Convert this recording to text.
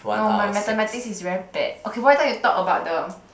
no my mathematics is very bad okay why don't you talk about the